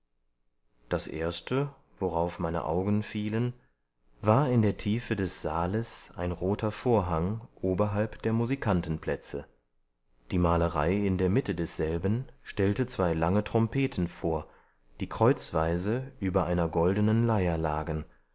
das erste worauf meine augen fielen war in der tiefe des saales ein roter vorhang oberhalb der musikantenplätze die malerei in der mitte desselben stellte zwei lange trompeten vor die kreuzweise über einer goldenen leier lagen